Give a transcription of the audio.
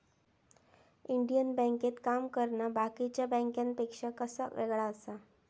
Indian बँकेत काम करना बाकीच्या बँकांपेक्षा कसा येगळा आसा?